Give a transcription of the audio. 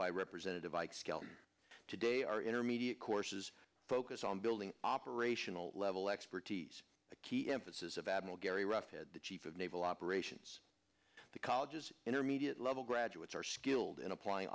by representative ike skelton today are intermediate courses focus on building operational level expertise a key emphasis of admiral gary ruff head the chief of naval operations the colleges intermediate level graduates are skilled in applying